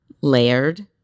layered